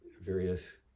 various